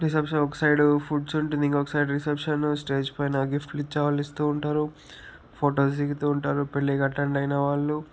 reception ఒక side foods ఉంటుంది ఇంకొక సైడ్ రిసెప్షన్ స్టేజ్ పైన గిఫ్ట్లు ఇచ్చేవాళ్ళు ఇస్తూ ఉంటారు ఫొటోస్ దిగుతూ ఉంటారు పెళ్ళికి అటెండ్ అయిన వాళ్ళు